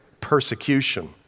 persecution